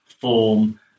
form